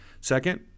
Second